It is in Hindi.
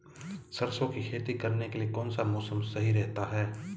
सरसों की खेती करने के लिए कौनसा मौसम सही रहता है?